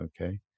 okay